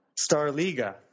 Starliga